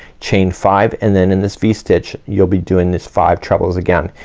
chain five, and then in this v-stitch you'll be doing this five trebles again.